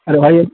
अरे भाई